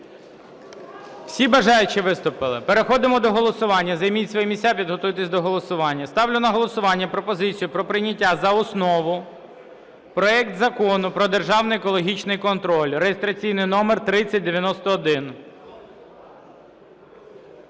Всі бажаючі виступили? Переходимо до голосування. Займіть свої місця, підготуйтесь до голосування. Ставлю на голосування пропозицію про прийняття за основу проект Закону про державний екологічний контроль (реєстраційний номер 3091).